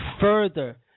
further